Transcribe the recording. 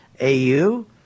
AU